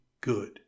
good